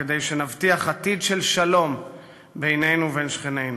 וכדי שנבטיח עתיד של שלום בינינו ובין שכנינו.